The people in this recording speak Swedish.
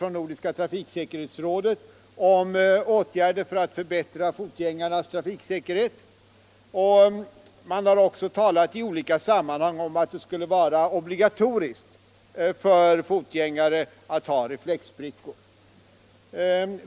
Nordiska trafiksäkerhetsrådet har föreslagit åtgärder för att förbättra fotgängarnas trafiksäkerhet, och man har i olika sammanhang talat om att det borde vara obligatoriskt för fotgängare att bära reflexbrickor.